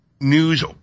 news